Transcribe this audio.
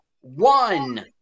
one